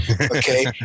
okay